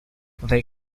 they